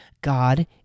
God